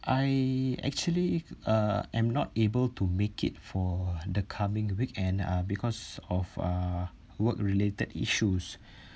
I actually uh I'm not able to make it for the coming weekend uh because of uh work related issues